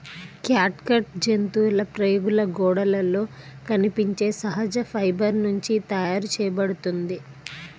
catgut జంతువుల ప్రేగుల గోడలలో కనిపించే సహజ ఫైబర్ నుండి తయారు చేయబడుతుంది